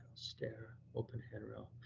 stair open head around.